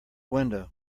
window